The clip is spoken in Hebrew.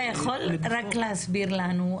אתה יכול רק להסביר לנו,